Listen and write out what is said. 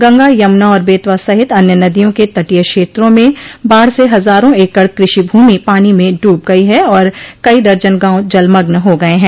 गंगा यमुना और बेतवा सहित अन्य नदियों के तटीय क्षेत्रों में बाढ़ से हजारों एकड़ कृषि भूमि पानी में डूब गई है और कई दर्जन गांव जलमग्न हो गये हैं